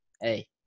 hey